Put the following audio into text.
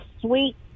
sweet